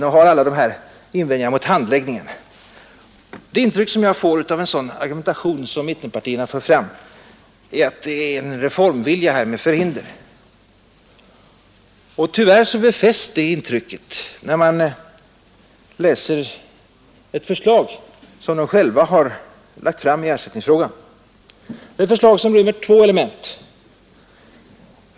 Ni har alltså alla de här invändningarna mot handläggningen. Det intryck jag får av en sådan argumentation som mittenpartierna för fram är att det är fråga om en reformvilja med förhinder. Tyvärr befästs det intrycket när man läser ett förslag som de själva lagt fram i ersättningsfrågan. Detta förslag rymmer två element.